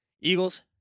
Eagles